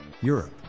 Europe